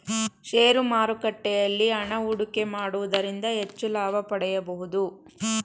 share ಮಾರುಕಟ್ಟೆಯಲ್ಲಿ ಹಣ ಹೂಡಿಕೆ ಮಾಡುವುದರಿಂದ ಹೆಚ್ಚು ಲಾಭ ಪಡೆಯಬಹುದು